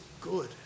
good